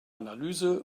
analyse